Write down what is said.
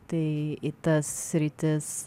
tai į tas sritis